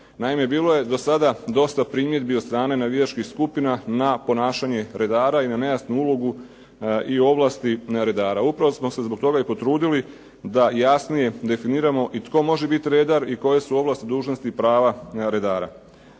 Naime, bilo je do sada dosta primjedbi od strane navijačkih skupina na ponašanje redara i na nejasnu ulogu i ovlasti redara. Upravo smo se zbog toga i potrudili da jasnije definiramo i tko može biti redar i koje su ovlasti, dužnosti i prava redara.